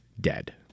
dead